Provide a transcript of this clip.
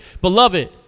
Beloved